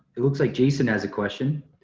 it looks like jason has a question.